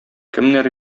кемнәр